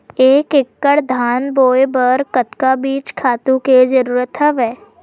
एक एकड़ धान बोय बर कतका बीज खातु के जरूरत हवय?